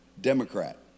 Democrat